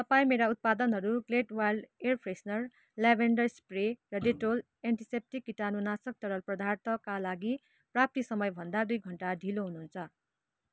तपाईँ मेरा उत्पादनहरू Glade wild air freshener lavender spray र डेटोल एन्टिसेप्टिक कीटाणुनाशक तरल पदार्थका लागि प्राप्ति समय भन्दा दुई घन्टा ढिलो हुनुहुन्छ